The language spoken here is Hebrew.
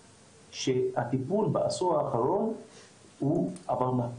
שהטיפול בעשור האחרון הוא עבר מהפך.